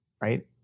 right